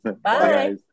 Bye